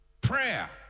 Prayer